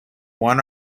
one